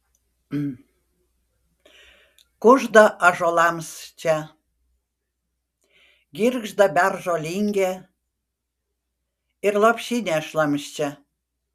kužda ąžuolams čia girgžda beržo lingė ir lopšinė šlamščia